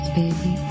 baby